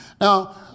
Now